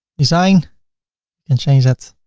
design and change that.